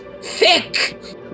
Thick